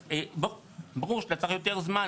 אז ברור שאתה צריך יותר זמן.